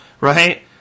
right